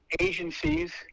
agencies